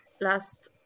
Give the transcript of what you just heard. Last